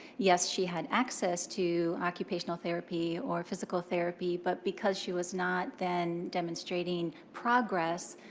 yes, she had access to occupational therapy or physical therapy. but because she was not then demonstrating progress,